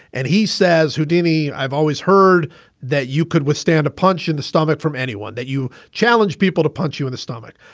and he says, houdini. i've always heard that you could withstand a punch in the stomach from anyone, that you challenged people to punch you in the stomach.